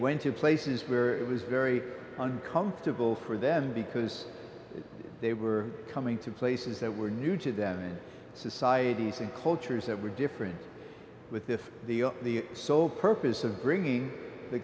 went to places where it was very uncomfortable for them because they were coming to places that were new to them in societies and cultures that were different with if the sole purpose of bringing the